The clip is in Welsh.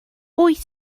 wyt